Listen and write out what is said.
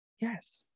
Yes